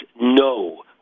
no